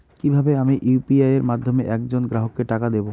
কিভাবে আমি ইউ.পি.আই এর মাধ্যমে এক জন গ্রাহককে টাকা দেবো?